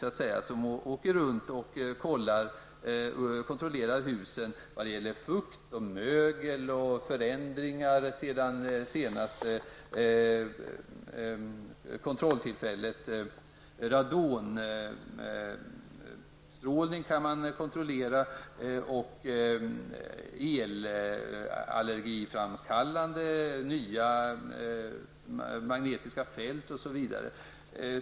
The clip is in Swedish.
Någon får åka runt och kontrollera husen vad gäller fukt, mögel och förändringar sedan senaste kontrolltillfället. Radonstrålning kan man kontrollera liksom nya elallergiframkallande magnetiska fält.